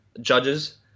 judges